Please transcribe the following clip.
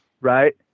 right